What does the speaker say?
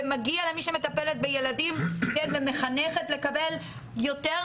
ומגיע למי שמטפלת בילדים ומחנכת לקבל יותר